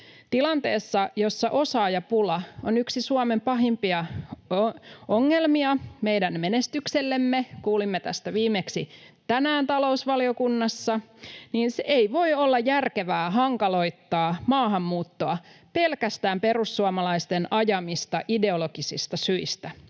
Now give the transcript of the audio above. Tilanteessa, jossa osaajapula on yksi Suomen pahimpia ongelmia meidän menestyksellemme — kuulimme tästä viimeksi tänään talousvaliokunnassa — ei voi olla järkevää hankaloittaa maahanmuuttoa pelkästään perussuomalaisten ajamista ideologisista syistä.